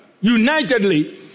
unitedly